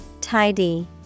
Tidy